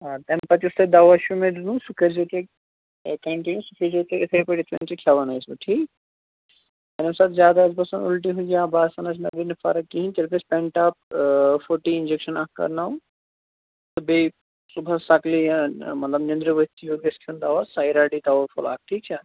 آ تَمہٕ پَتہٕ یُس تۄہہِ دَوا چھُ مےٚ دیُتمُت سُہ کٔرۍزیٚو تُہی کَنٹِنیو سُہ کھیٚزیٚو تُہۍ یتھٕے پٲٹھۍ یِتھٕ کٔنۍ تُہی کھیٚوان آسِوٕ ٹھیٖک ییٚمہِ ساتہٕ زیادٕ آسہِ باسان اُلٹی ہُنٛد یا باسان آسہِ نا مےٚ گٔے نہٕ فَرق کِہیٖنٛۍ تیٚلہِ گَژھِ پٮ۪نٹاپ فوٹیٖن اِنجَکشَن اَکھ کَرناوُن تہٕ بیٚیہِ صُبحس سَکلی یا مطلب نیٚنٛدرِ ؤتھۍ یوٛت گَژھ کھیٚون دَوا سَیرا ڈی دَوا فوٛل اَکھ ٹھیٖک چھا